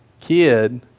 kid